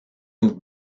moved